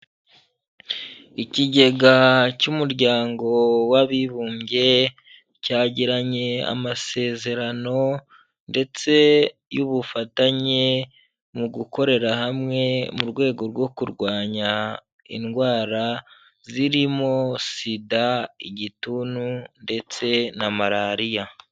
Ikigega cy'umuryango w'abibumbye cyagiranye amasezerano ndetse y'ubufatanye mu gukorera hamwe mu rwego rwo kurwanya indwara zirimo: SIDA, igituntu ndetse na malariya.